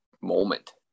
moment